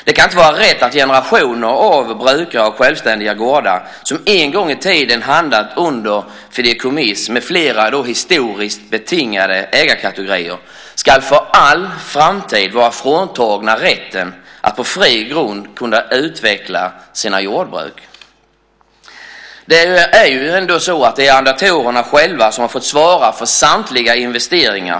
Det kan inte vara rätt att generationer brukare av självständiga gårdar som en gång i tiden hamnat under fideikommiss med flera historiskt betingade ägarkategorier för all framtid ska vara fråntagna rätten att på fri grund kunna utveckla sina jordbruk. Arrendatorerna har själva fått svara för samtliga investeringar.